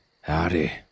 Howdy